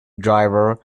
driver